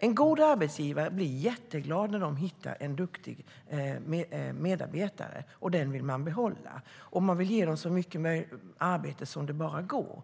En god arbetsgivare blir jätteglad över att hitta en duktig medarbetare, vill behålla den personen och ge den så mycket arbete som det bara går.